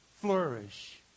flourish